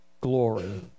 glory